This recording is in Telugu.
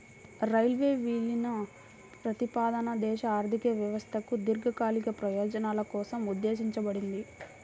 రైల్వే విలీన ప్రతిపాదన దేశ ఆర్థిక వ్యవస్థకు దీర్ఘకాలిక ప్రయోజనాల కోసం ఉద్దేశించబడింది